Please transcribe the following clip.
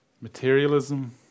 Materialism